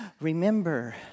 remember